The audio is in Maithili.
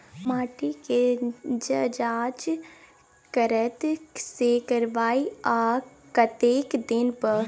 माटी के ज जॉंच कतय से करायब आ कतेक दिन पर?